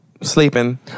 sleeping